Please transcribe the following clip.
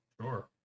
Sure